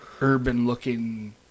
urban-looking